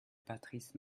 patrice